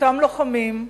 אותם לוחמים,